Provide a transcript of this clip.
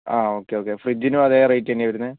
ആ okay okay ഫ്രിഡ്ജിനും അതേ റേറ്റ് തന്നെയാ വരുന്നത്